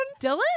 Dylan